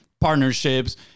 partnerships